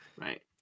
right